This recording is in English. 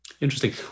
Interesting